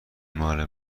ماله